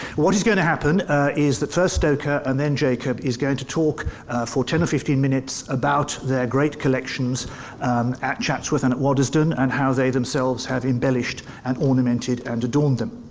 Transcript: what is going to happen is that first stoker, and then jacob, is going to talk for ten or fifteen minutes about their great collections at chatsworth and at waddesdon and how they themselves have embellished, and ornamented, and adorned them.